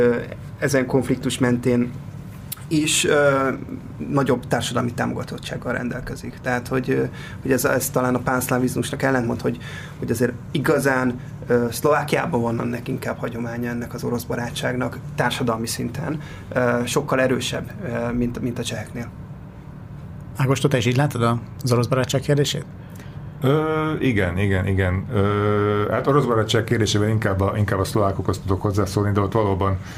Ö, ezen konfliktus mentén is, ö, nagyobb társadalmi támogatottsággal rendelkezik. Tehát, hogy, ö, hogy ez- ez talán a pánszlávizmusnak ellentmond, hogy- hogy azért igazán, ö, Szlovákiában van ennek inkább hagyománya ennek az orosz barátságnak társadalmi szinten, ö, sokkal erősebb, ö, mint- mint a cseheknél. Ágoston, te is így látod a- az orosz barátság kérdését? Ö, igen, igen, igen. Ö, hát orosz barátság kérdésével inkább a- inkább a szlovákokhoz tudok hozzászólni, de ott valóban,